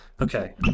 okay